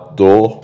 door